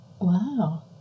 wow